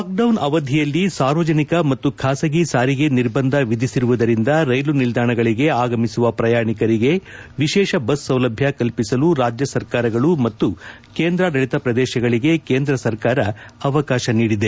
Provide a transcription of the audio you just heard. lockdown ಅವಧಿಯಲ್ಲಿ ಸಾರ್ವಜನಿಕ ಮತ್ತು ಖಾಸಗಿ ಸಾರಿಗೆ ನಿರ್ಬಂಧ ವಿಧಿಸಿರುವುದರಿಂದ ರೈಲು ನಿಲ್ಲಾಣಗಳಗೆ ಆಗಮಿಸುವ ಪ್ರಯಾಣಿಕರಿಗೆ ವಿಶೇಷ ಬಸ್ ಸೌಲಭ್ಞ ಕಲ್ಲಿಸಲು ರಾಜ್ಞ ಸರ್ಕಾರಗಳು ಮತ್ತು ಕೇಂದ್ರಾಡಳಿತ ಪ್ರದೇಶಗಳಿಗೆ ಕೇಂದ್ರ ಸರ್ಕಾರ ಅವಕಾಶ ನೀಡಿದೆ